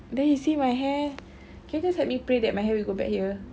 there you see my hair can you just help me pray that my hair will grow back here